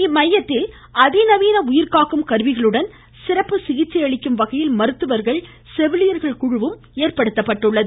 இம்மையத்தில் அதிநவீன உயிர்காக்கும் கருவிகளுடன் சிறப்பு சிகிச்சை அளிக்கும் வகையில் மருத்துவர்கள் செவிலியர்கள் குழுவும் நியமிக்கப்பட்டுள்ளது